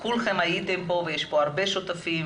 כולכם הייתם כאן ויש פה הרבה שותפים